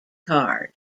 card